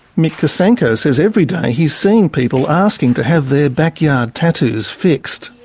mick kosenko says every day he's seeing people asking to have their backyard tattoos fixed.